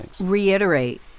reiterate